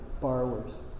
borrowers